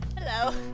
Hello